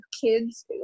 kids